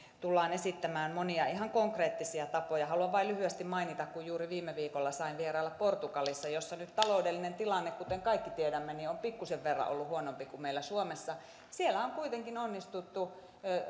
tullaan esittämään monia ihan konkreettisia tapoja haluan vain lyhyesti mainita kun juuri viime viikolla sain vierailla portugalissa missä nyt taloudellinen tilanne kuten kaikki tiedämme on pikkusen verran ollut huonompi kuin meillä suomessa että siellä on kuitenkin onnistuttu